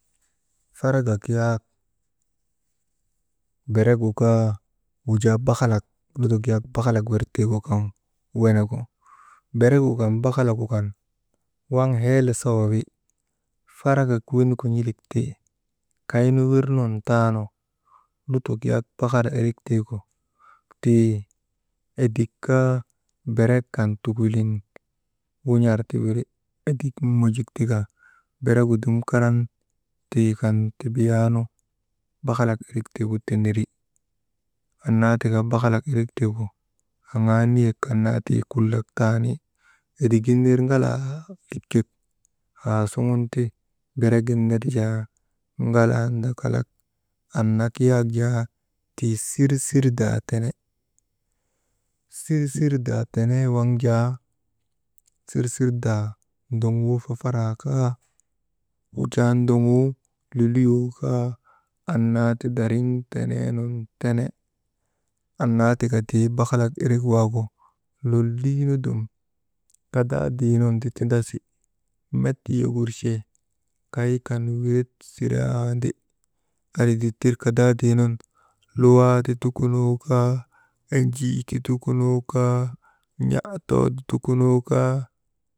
Faragak yaak wujaa bakhalak lutok yaak bakhalak wirgu kan wenegu, beregu kan bakhalagu kan, waŋ heele sawa wi, faragak wenegu n̰ilik ti kaynu wirnun taanu lutok yaak bakhalak irik tiigu edik kaa berek kan tukulin wun̰anti wiri. Edik mojuk tika beregu dum karan tii kan tibiyaanu bakhalak irik tiigu teneri annaa tika ti bakhalak irik tiigu aŋaa nik kan naa kulak taani edigin ner ŋalaa likek, aasuŋun ti beregin ner jaa ŋalaa ndakalak, annak yaak jaa, sirsirdaa tene, sirsirdaa tenee waŋ jaa, sirsirdaa ndoguu fafaraa kaa, wujaa ndoŋuu luluyoo kaa, annaa ti dariŋ teneenun tene, anna tika. Annaa tika tii bakhalak irik waagu lollii nu dum kadaadii nun ti tindasi. Met yogurche kaykan wiret siraandi. Andri dittir kadaadiinun luwaa ti tukunoo ejii ti tukunoo kaa, n̰aa too ti tukunoo ka.